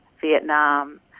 Vietnam